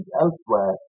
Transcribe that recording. elsewhere